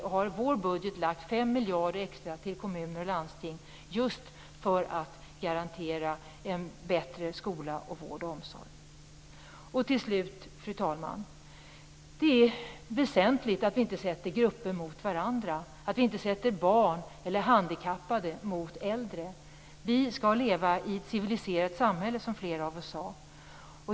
Vi har i vår budget föreslagit 5 miljarder extra till kommuner och landsting just för att garantera en bättre skola, vård och omsorg. Fru talman! Det är väsentligt att vi inte ställer grupper mot varandra, att vi inte ställer barn eller handikappade mot äldre. Vi skall leva i ett civiliserat samhälle som flera av oss sade.